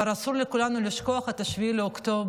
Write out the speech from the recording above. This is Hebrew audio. אבל אסור לכולנו לשכוח את 7 באוקטובר,